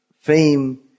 fame